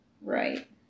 Right